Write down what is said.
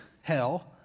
hell